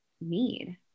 need